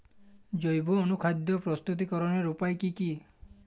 জৈব অনুখাদ্য প্রস্তুতিকরনের উপায় কী কী?